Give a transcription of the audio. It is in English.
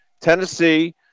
Tennessee